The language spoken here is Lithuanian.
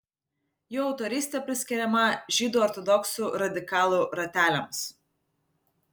jų autorystė priskiriama žydų ortodoksų radikalų rateliams